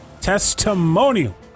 Testimonial